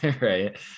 Right